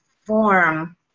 form